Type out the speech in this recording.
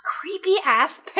creepy-ass